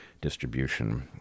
distribution